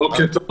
בוקר טוב